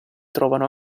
trovano